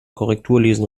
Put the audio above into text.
korrekturlesen